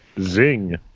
Zing